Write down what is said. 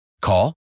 Call